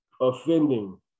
offending